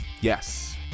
Yes